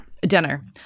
Dinner